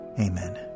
amen